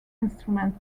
instrument